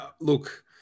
Look